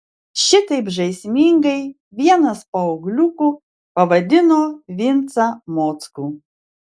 šitaip žaismingai vienas paaugliukų pavadino vincą mockų